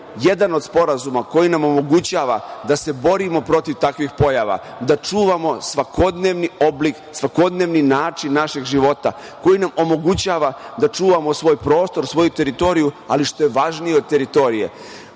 jedan od sporazuma koji nam omogućava da se borimo protiv takvih pojava, da čuvamo svakodnevni oblik, svakodnevni način našeg života, koji nam omogućava da čuvamo svoj prostor, svoju teritoriju, ali i, što je važnije od teritorije,